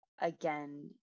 again